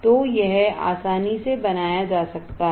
तो यह आसानी से बनाया जा सकता है